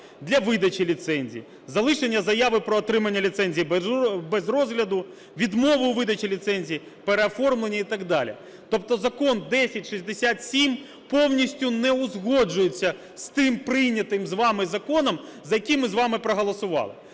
для видачі ліцензій, залишення заяви про отримання ліцензії без розгляду, відмову видачі ліцензій, переоформлення…" і так далі. Тобто закон 1067 повністю не узгоджується з тим прийнятим вами законом, за який ми з вами проголосували.